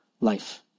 life